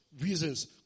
reasons